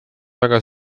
väga